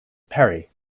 perry